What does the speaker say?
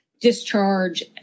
discharge